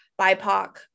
BIPOC